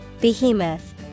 Behemoth